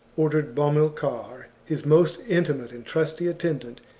ordered bomilcar, his most intimate and trusty attendant,